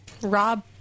Rob